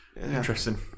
Interesting